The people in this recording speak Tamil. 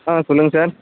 ஆ சொல்லுங்கள் சார்